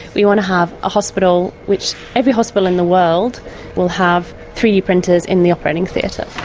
we want to have a hospital which, every hospital in the world will have three d printers in the operating theatre.